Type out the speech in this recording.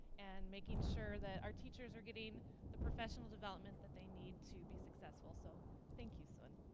and making sure that our teachers are getting the professional development that they need to be successful. so thank you sun